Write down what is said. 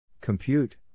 compute